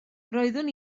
roeddwn